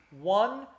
one